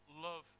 love